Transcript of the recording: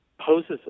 poses